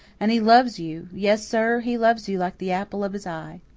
and he loves you yes, sir, he loves you like the apple of his eye.